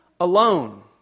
alone